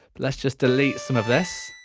let's just delete some of this